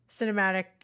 cinematic